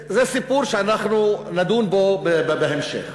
זה סיפור שאנחנו נדון בו בהמשך.